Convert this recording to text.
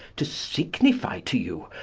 to signifie to you,